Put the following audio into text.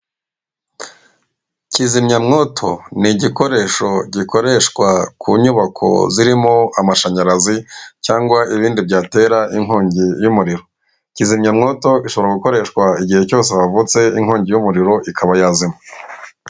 Kizimyamwoto ni igikoresho gikoreshwa ku nyubako zirimo amashanyarazi cyangwa ibindi byatera inkongi y'umuriro. Kizimyamwoto ishobora gukoreshwa igihe cyose havutse inkongi y'umuriro ikaba yazima.